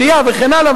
עלייה וכן הלאה,